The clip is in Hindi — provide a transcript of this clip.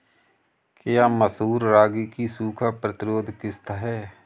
क्या मसूर रागी की सूखा प्रतिरोध किश्त है?